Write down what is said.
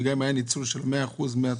וגם אם היה ניצול של 100% מהתקנים,